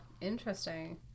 interesting